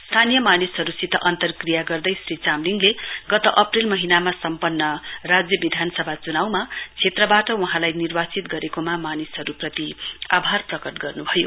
स्थानीय मानिसहरुसित अन्तक्रिर्या गर्दै श्री चामलिङले गत अप्रेल महीनामा सम्पन्न राज्य विधानसभी चुनाउमा क्षेत्रबाट वहाँलाई निर्वाचित गरेकोमा मानिसहरुप्रति आभार प्रकट गर्नुभयो